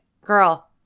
girl